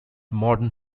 modern